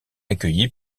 accueilli